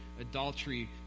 adultery